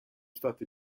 stati